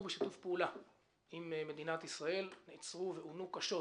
בשיתוף פעולה עם מדינת ישראל נעצרו ועונו קשות